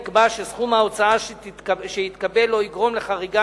נקבע שסכום ההוצאה שיתקבל לא יגרום לחריגה